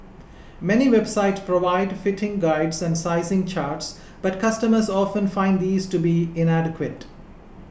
many website provide fitting guides and sizing charts but customers often find these to be inadequate